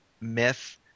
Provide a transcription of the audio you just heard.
myth